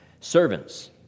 Servants